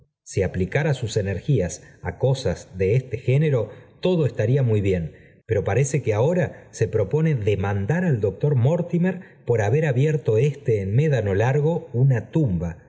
si aplicara sus energías á cosas de este género todo estaría muy bien pero parece que ahora se propone demandar al doctor mortimer por haber abierto éste en médano largo una tumba